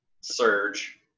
surge